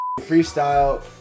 freestyle